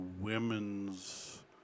women's